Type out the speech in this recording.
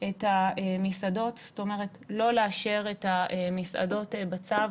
את המסעדות, זאת אומרת לא לאשר את המסעדות בצו